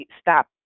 stop